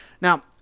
Now